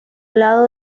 lado